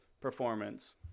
performance